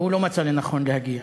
לא מצא לנכון להגיע.